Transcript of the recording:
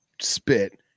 spit